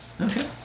Okay